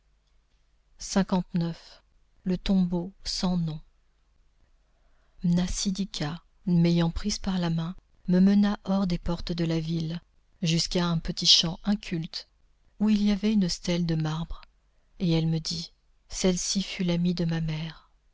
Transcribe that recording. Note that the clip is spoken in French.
le tombeau sans nom mnasidika m'ayant prise par la main me mena hors des portes de la ville jusqu'à un petit champ inculte où il y avait une stèle de marbre et elle me dit celle-ci fut l'amie de ma mère